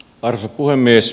arvoisa puhemies